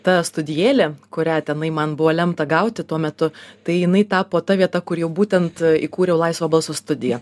ta studijėlė kurią tenai man buvo lemta gauti tuo metu tai jinai tapo ta vieta kur jau būtent įkūriau laisvo balso studiją